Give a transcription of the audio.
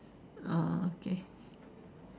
oh okay